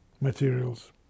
materials